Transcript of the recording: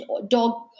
-dog